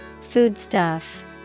Foodstuff